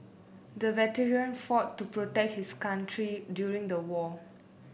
the veteran fought to protect his country during the war